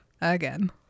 Again